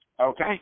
Okay